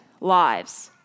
lives